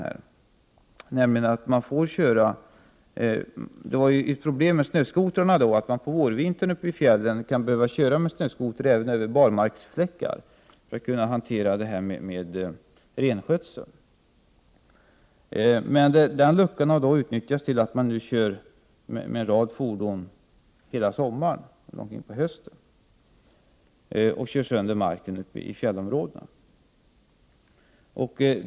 Det gjordes en ändring eftersom det var problem med att man uppe i fjällen på vårvintern kan behöva köra med snöskoter även över barmarksfläckar för att kunna klara av renskötseln. Men den lucka som då uppstod har utnyttjats så att man nu kör med en rad fordon under hela sommaren och långt in på hösten. På detta sätt kör man sönder marken uppe i fjällområdena.